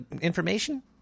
information